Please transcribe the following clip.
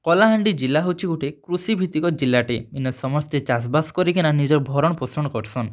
କଲାହାଣ୍ଡି ଜିଲ୍ଲା ହେଉଛି ଗୁଟେ କୃଷି ଭିତ୍ତିକ ଜିଲ୍ଲାଟେ ଇନ ସମସ୍ତେ ଚାଷ୍ବାସ୍ କରିକିନା ନିଜର୍ ଭରଣ୍ ପୋଷଣ୍ କର୍ସନ୍